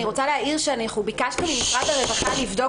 אני רוצה להעיר שאנחנו ביקשנו ממשרד הרווחה לבדוק